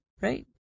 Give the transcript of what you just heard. right